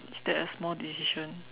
is that a small decision